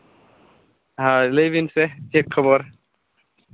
ᱦᱳᱭ ᱞᱟᱹᱭᱵᱤᱱ ᱥᱮ ᱪᱮᱫ ᱠᱷᱚᱵᱚᱨ